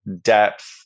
depth